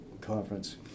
conference